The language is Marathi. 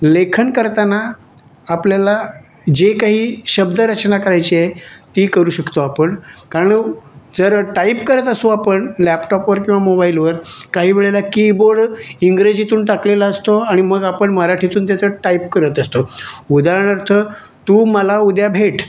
लेखन करताना आपल्याला जे काही शब्दरचना करायची आहे ती करू शकतो आपण कारण जर टाईप करत असू आपण लॅपटॉपवर किंवा मोबाईलवर काही वेळेला कीबोर्ड इंग्रजीतून टाकलेला असतो आणि मग आपण मराठीतून त्याचा टाईप करत असतो उदाहरणार्थ तू मला उद्या भेट